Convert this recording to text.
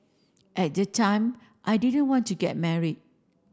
at the time I didn't want to get married